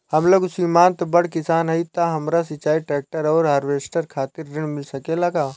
हम लघु सीमांत बड़ किसान हईं त हमरा सिंचाई ट्रेक्टर और हार्वेस्टर खातिर ऋण मिल सकेला का?